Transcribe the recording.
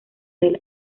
del